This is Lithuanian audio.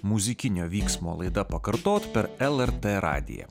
muzikinio vyksmo laida pakartot per lrt radiją